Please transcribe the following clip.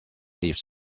leaves